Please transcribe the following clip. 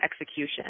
execution